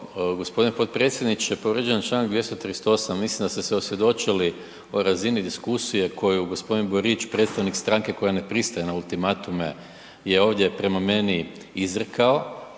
Gospodine potpredsjedniče povrijeđen je Članka 238. mislim da ste se osvjedočili o razini diskusije koju gospodin Borić predstavnik stranke koja ne pristaje na ultimatume je ovdje prema meni izrekao,